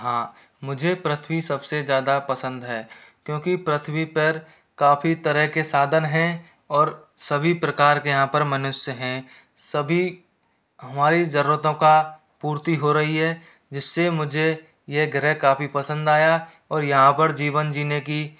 हाँ मुझे पृथ्वी सब से ज़्यादा पसंद है क्योंकि पृथ्वी पर काफ़ी तरह के साधन हैं और सभी प्रकार के यहाँ पर मनुष्य हैं सभी हमारी ज़रूरतों की पूर्ति हो रही है जिस से मुझे ये ग्रह काफ़ी पसंद आया और यहाँ पर जीवन जीने की